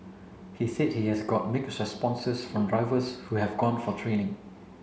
he said he has got mixed responses from drivers who have gone for training